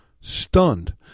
stunned